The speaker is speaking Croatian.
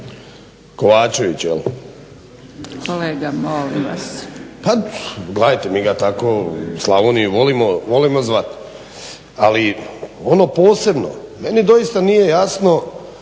**Vinković, Zoran (HDSSB)** Pa gledajte mi ga tako u Slavoniji volimo zvati. Ali, ono posebno meni doista nije jasno